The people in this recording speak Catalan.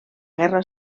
guerra